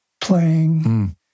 playing